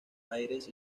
aires